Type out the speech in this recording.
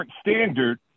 standard